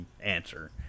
answer